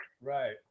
Right